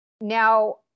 Now